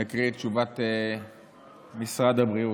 אני אקריא את תשובת משרד הבריאות.